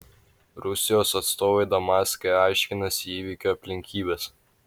rusijos atstovai damaske aiškinasi įvykio aplinkybes